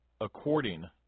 according